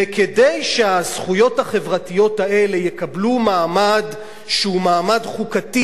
וכדי שהזכויות החברתיות האלה יקבלו מעמד שהוא מעמד חוקתי,